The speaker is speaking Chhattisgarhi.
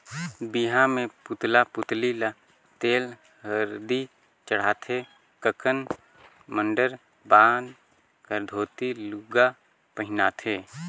बिहा मे पुतला पुतली ल तेल हरदी चढ़ाथे ककन मडंर बांध कर धोती लूगा पहिनाथें